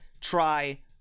try